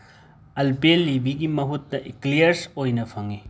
ꯑꯜꯄꯦꯂꯤꯕꯤꯒꯤ ꯃꯍꯨꯠꯇ ꯏꯀ꯭ꯂꯤꯌꯔꯁ ꯑꯣꯏꯅ ꯐꯪꯉꯤ